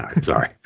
sorry